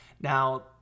Now